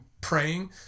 praying